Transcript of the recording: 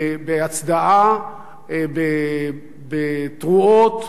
בהצדעה, בתרועות.